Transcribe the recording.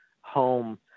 home